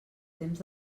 temps